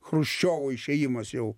chruščiovo išėjimas jau